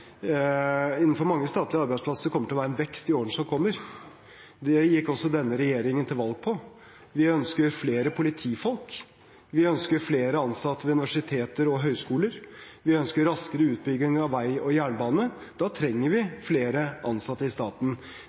innenfor mange statlige arbeidsplasser kommer det til å være en vekst i årene som kommer. Det gikk også denne regjeringen til valg på. Vi ønsker flere politifolk, vi ønsker flere ansatte ved universiteter og høyskoler, vi ønsker raskere utbygging av vei og jernbane. Da trenger vi flere ansatte i staten.